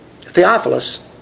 Theophilus